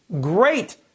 great